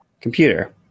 computer